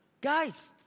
guys